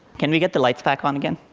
can we get the lights back on again?